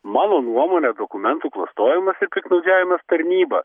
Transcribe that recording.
mano nuomone dokumentų klastojimas piktnaudžiavimas tarnyba